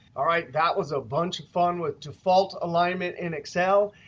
all right, that was a bunch of fun with default alignment in excel.